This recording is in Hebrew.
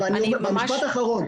משפט אחרון.